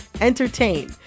entertain